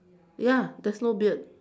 ya there's no beard